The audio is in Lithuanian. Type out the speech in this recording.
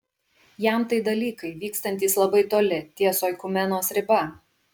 jam tai dalykai vykstantys labai toli ties oikumenos riba